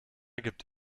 gibt